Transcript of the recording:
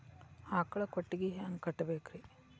ಆಕಳ ಕೊಟ್ಟಿಗಿ ಹ್ಯಾಂಗ್ ಕಟ್ಟಬೇಕ್ರಿ?